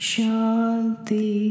Shanti